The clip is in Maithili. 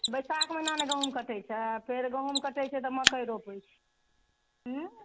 बैसाख महिनामे गहूम कटै छै ने फेर गहूम कटै छै तऽ मकइ रोपै छै हुँ